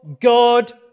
God